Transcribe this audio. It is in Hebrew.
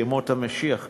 ימות המשיח כנראה.